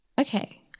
Okay